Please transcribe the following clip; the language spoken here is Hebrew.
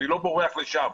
אני לא בורח לשם,